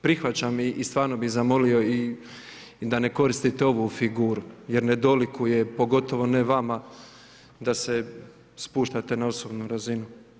Prihvaćam i stvarno bi zamolio i da ne koristite ovu figuru, jer ne dolikuje, pogotovo ne vama da se spuštate na osobnu razinu.